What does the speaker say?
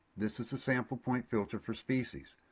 this is the sample point filter for species.